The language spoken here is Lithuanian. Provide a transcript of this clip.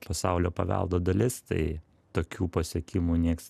pasaulio paveldo dalis tai tokių pasiekimų nieks